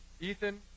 Ethan